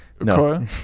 No